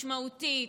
משמעותית,